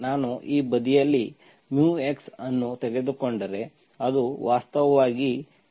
ನಾನು ಈ ಬದಿಯಲ್ಲಿ μx ಅನ್ನು ತೆಗೆದುಕೊಂಡರೆ ಅದು ವಾಸ್ತವವಾಗಿ dμdx ಆಗಿದೆ